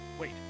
Wait